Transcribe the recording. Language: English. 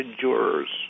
jurors